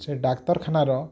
ସେ ଡାକ୍ତରଖାନାର